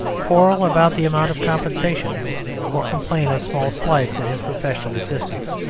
quarrel about the amount of compensation or complain of small slights in his professional existence.